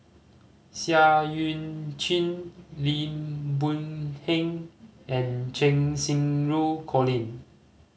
Seah Eu Chin Lim Boon Heng and Cheng Xinru Colin